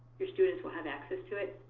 your students will have access to it.